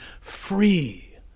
free